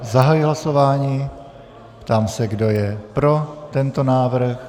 Zahajuji hlasování a ptám se, kdo je pro tento návrh.